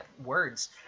Words